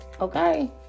Okay